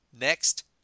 Next